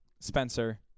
Spencer